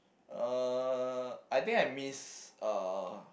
uh I think I miss uh